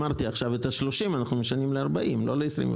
אמרתי, עכשיו את ה-30 אנחנו משנים ל-40, לא ל-21.